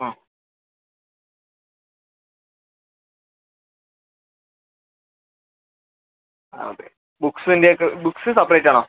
ആ ആ ഓക്കെ ബുക്ക്സിന്റെയൊക്കെ ബുക്ക്സ് സെപറേറ്റ് ആണോ